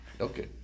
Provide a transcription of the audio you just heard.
Okay